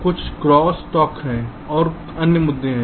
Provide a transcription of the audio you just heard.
कुछ cross talk और अन्य मुद्दे हैं